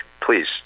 please